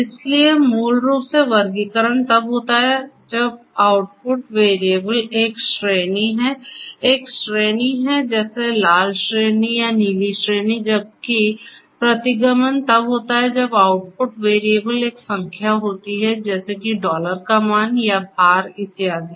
इसलिए मूल रूप से वर्गीकरण तब होता है जब आउटपुट वेरिएबल एक श्रेणी है एक श्रेणी है जैसे लाल श्रेणी या नीली श्रेणी जबकि प्रतिगमन तब होता है जब आउटपुट वेरिएबल एक संख्या होती है जैसे कि डॉलर का मान या भार इत्यादि